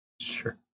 Sure